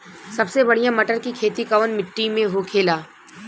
सबसे बढ़ियां मटर की खेती कवन मिट्टी में होखेला?